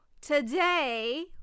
Today